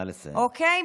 אוקיי?